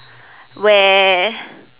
where